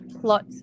plot